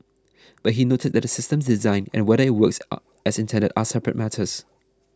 but he noted that the system's design and whether it works are as intended are separate matters